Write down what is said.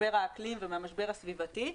ממשבר האקלים ומהמשבר הסביבתי,